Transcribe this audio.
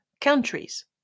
countries